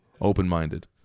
open-minded